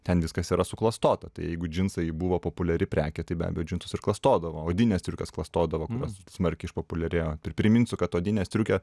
ten viskas yra suklastota tai jeigu džinsai buvo populiari prekė tai be abejo džinsus ir klastodavo odines striukes klastodavo kurios smarkiai išpopuliarėjo ir priminsiu kad odinę striukę